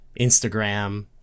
instagram